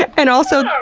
and also,